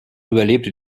überlebte